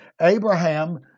Abraham